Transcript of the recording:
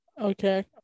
Okay